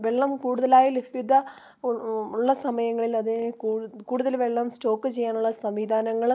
വെള്ളം കൂടുതലായി ലഭ്യത ഉള്ള സമയങ്ങളിൽ അത് കൂടുതൽ വെള്ളം സ്റ്റോക്ക് ചെയ്യാനുള്ള സംവിധാനങ്ങൾ